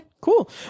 cool